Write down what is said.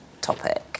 topic